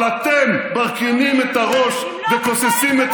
אבל אתם מרכינים את הראש וכוססים את